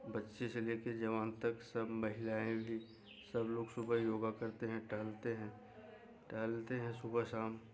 बच्चे से लेकर जवान तक सब महिलाएँ भी सब लोग सुबह योगा करते हैं टहलते हैं टहलते हैं सुबह शाम